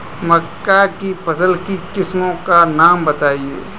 मक्का की फसल की किस्मों का नाम बताइये